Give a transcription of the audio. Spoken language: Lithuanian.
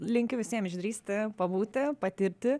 linkiu visiem išdrįsti pabūti patirti